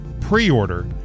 pre-order